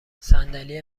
صندلی